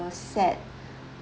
set